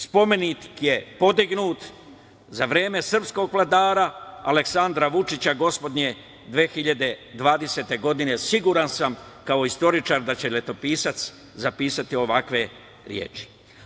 Spomenik je podignut za vreme srpskog vladara Aleksandra Vučića gospodnje 2020. godine, siguran sam kao istoričar da će letopisac zapisati ovakve reči.